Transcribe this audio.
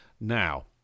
Now